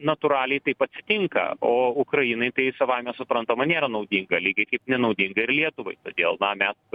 natūraliai taip atsitinka o ukrainai tai savaime suprantama nėra naudinga lygiai kaip nenaudinga ir lietuvai todėl na mes